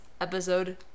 episode